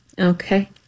Okay